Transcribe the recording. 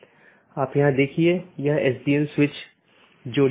तो यह network layer reachability की जानकारी है